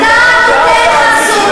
את תחליטי בשבילם,